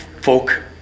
folk